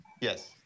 yes